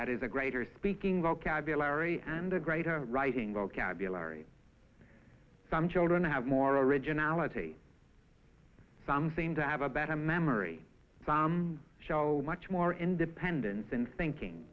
that is a greater speaking vocabulary and a greater writing vocabulary some children have more originality some thing to have a better memory some show much more independence in thinking